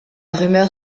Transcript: rumeur